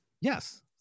Yes